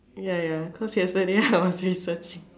ya ya cause yesterday I was researching